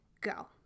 go